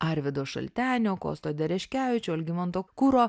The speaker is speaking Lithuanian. arvydo šaltenio kosto dereškevičio algimanto kuro